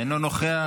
אינו נוכח.